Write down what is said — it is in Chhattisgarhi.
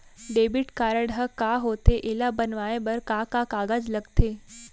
डेबिट कारड ह का होथे एला बनवाए बर का का कागज लगथे?